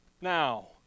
Now